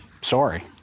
sorry